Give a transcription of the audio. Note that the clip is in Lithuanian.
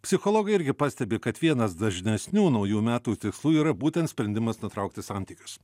psichologai irgi pastebi kad vienas dažnesnių naujų metų tikslų yra būtent sprendimas nutraukti santykius